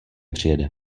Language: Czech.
přijede